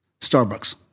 Starbucks